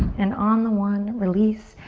and on the one, release.